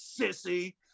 sissy